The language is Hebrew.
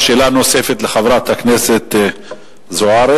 שאלה נוספת לחברת הכנסת זוארץ.